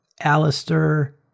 Alistair